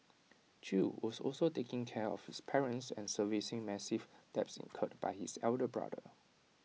chew was also taking care of his parents and servicing massive debts incurred by his elder brother